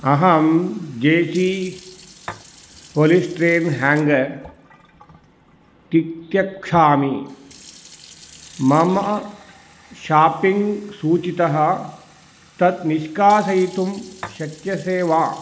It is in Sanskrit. अहं जे सी पोलिस्ट्रेन् हेङ्गर् तित्यक्षामि मम शाप्पिङ्ग् सूचीतः तत् निष्कासयितुं शक्यसे वा